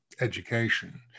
education